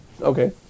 Okay